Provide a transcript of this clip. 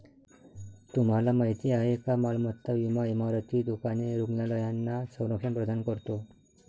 तुम्हाला माहिती आहे का मालमत्ता विमा इमारती, दुकाने, रुग्णालयांना संरक्षण प्रदान करतो